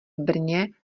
brně